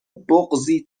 بغضی